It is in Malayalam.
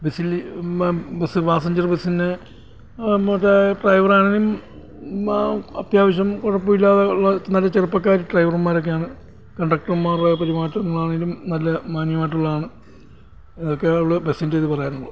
ബസ്സിൽ ബസ്സ് പാസഞ്ചർ ബസ്സിന് മറ്റേ ഡ്രൈവർ ആണെങ്കിലും അത്യാവശ്യം കുഴപ്പം ഇല്ലാതെ ഉള്ള നല്ല ചെറുപ്പക്കാർ ഡ്രൈവർമാർ ഒക്കെയാണ് കണ്ടക്ടർമാരുടെ പെരുമാറ്റമാണെങ്കിലും നല്ല മാന്യമായിട്ടുള്ളതാണ് ഇതൊക്കെയുള്ളൂ ബസിൻ്റെ ഇത് പറയാനുള്ളൂ